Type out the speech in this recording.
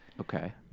Okay